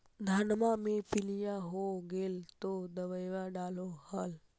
धनमा मे पीलिया हो गेल तो दबैया डालो हल?